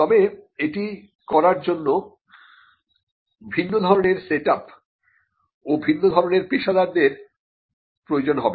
তবে এটি করার জন্য ভিন্ন ধরনের সেট আপ ও ভিন্ন ধরনের পেশাদারের প্রয়োজন হবে